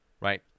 right